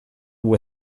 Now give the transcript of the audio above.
ham